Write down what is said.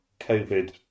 COVID